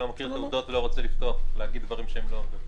אני לא מכיר את העובדות ולא רוצה להגיד דברים לא מדויקים.